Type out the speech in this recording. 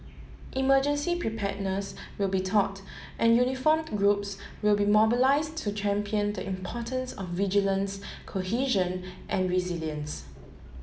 emergency preparedness will be taught and uniform groups will be mobilis to champion the importance of vigilance cohesion and resilience